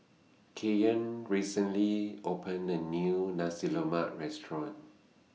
Keion recently opened A New Nasi Lemak Restaurant